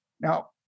Now